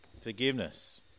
Forgiveness